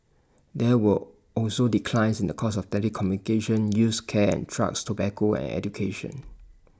there were also declines in the cost of telecommunication used cares and trucks tobacco and education